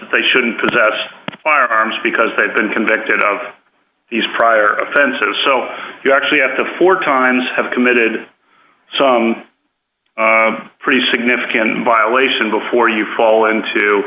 that they shouldn't possess firearms because they've been convicted of these prior offenses so you actually have to four times have committed some pretty significant violation before you fall